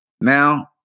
now